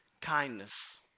kindness